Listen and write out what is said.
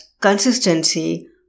consistency